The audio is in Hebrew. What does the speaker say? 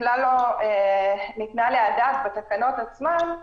שכלל לא ניתנה עליה הדעת בתקנות עצמן,